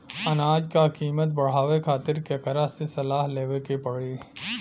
अनाज क कीमत बढ़ावे खातिर केकरा से सलाह लेवे के पड़ी?